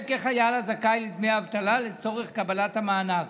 לחייל הזכאי לדמי אבטלה לצורך קבלת המענק,